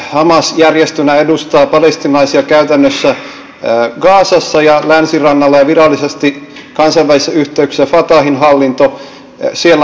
hamas järjestönä edustaa palestiinalaisia käytännössä gazassa ja länsirannalla ja virallisesti kansainvälisissä yhteyksissä fatahin hallinto siellä on kahtiajakautunut